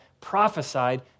prophesied